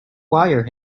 wire